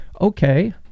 Okay